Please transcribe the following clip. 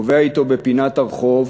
קובע אתו בפינת הרחוב